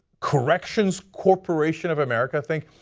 corrections corporation of america think,